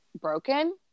broken